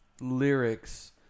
lyrics